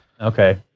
Okay